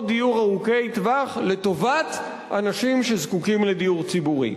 דיור ארוכי טווח לטובת אנשים שזקוקים לדיור ציבורי.